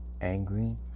angry